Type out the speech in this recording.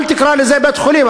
אל תקרא לזה "בית-חולים",